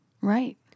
Right